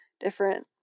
different